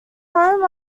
home